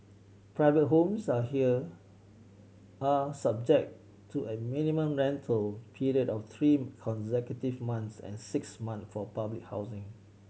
private homes are here are subject to a minimum rental period of three consecutive months and six months for public housing